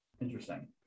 interesting